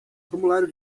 formulário